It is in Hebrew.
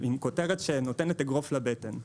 עם כותרת שנותנת אגרוף לבטן.